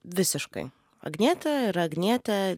visiškai agnietė yra agnietė